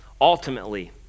ultimately